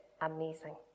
amazing